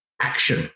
action